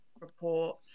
report